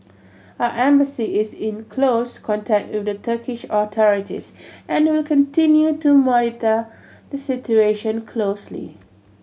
our Embassy is in close contact with the Turkish authorities and will continue to monitor the situation closely